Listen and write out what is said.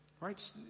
Right